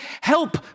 help